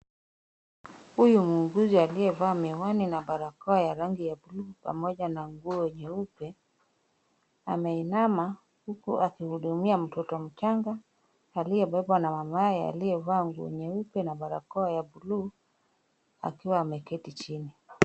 Huyu muuguzi aliyevaa miwani na barakoa ya rangi ya buluu pamoja na nguo nyeupe, ameinama huku akihudumia mtoto mchanga aliyebebwa na mamaye aliyevaa nguo nyeupe na barakoa ya buluu akiwa ameketi chini.